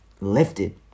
lifted